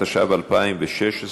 התשע"ו 2016,